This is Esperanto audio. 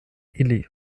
ili